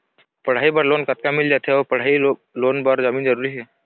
पढ़ई बर लोन कतका मिल जाथे अऊ पढ़ई लोन बर जमीन जरूरी हे?